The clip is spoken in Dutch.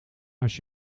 als